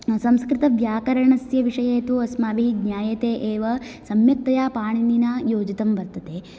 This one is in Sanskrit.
संस्कृतव्याकरणस्य विषये तु अस्माभिः ज्ञायते एव सम्यक्तया पाणिनिना योजितं वर्तते